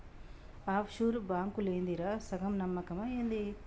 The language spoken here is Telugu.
ఆఫ్ షూర్ బాంకులేందిరా, సగం నమ్మకమా ఏంది